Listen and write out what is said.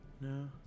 No